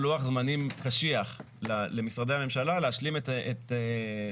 לוח זמנים קשיח למשרדי הממשלה להשלים את המפרטים